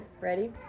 Ready